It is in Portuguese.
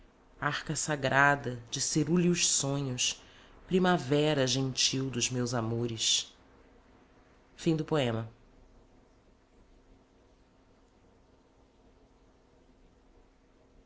arca sagrada de cerúleos sonhos primavera gentil dos meus amores a